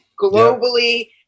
globally